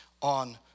on